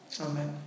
amen